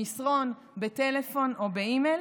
במסרון, בטלפון או באימייל,